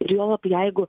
ir juolab jeigu